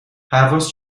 پرواز